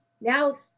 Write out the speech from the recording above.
Now